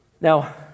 Now